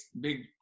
big